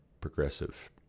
progressive